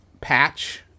patch